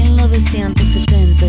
1970